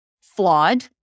flawed